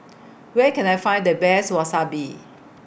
Where Can I Find The Best Wasabi